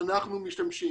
אנחנו משתמשים.